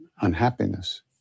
unhappiness